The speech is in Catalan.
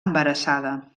embarassada